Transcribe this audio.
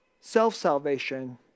self-salvation